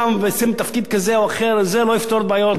זה לא יפתור את בעיות הגנת העורף של מדינת ישראל.